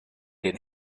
den